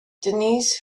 denise